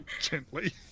Gently